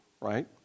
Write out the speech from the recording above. Right